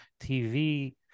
TV